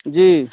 जी